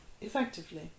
effectively